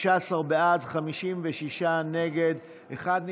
16 בעד, 56 נגד, אחד נמנע.